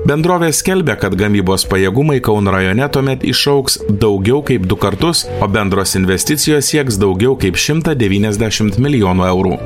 bendrovė skelbia kad gamybos pajėgumai kauno rajone tuomet išaugs daugiau kaip du kartus o bendros investicijos sieks daugiau kaip šimtą devyniasdešimt milijonų eurų